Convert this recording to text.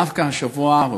דווקא השבוע,